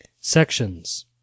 Sections